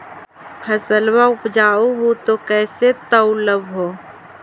फसलबा उपजाऊ हू तो कैसे तौउलब हो?